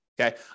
Okay